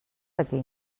aquí